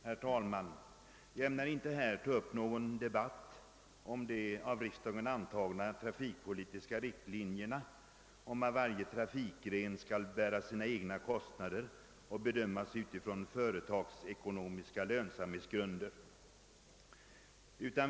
Herr talman! Jag har inte för avsikt att här ta upp debatt om de av riksdagen antagna trafikpolitiska riktlinjerna, alltså att varje trafikgren skall bära sina egna kostnader och bedömas utifrån företagsekonomiska lönsamhetsgrunder.